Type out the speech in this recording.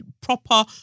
proper